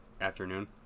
afternoon